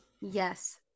Yes